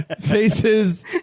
Faces